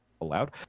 allowed